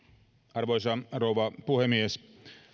arvoisa rouva puhemies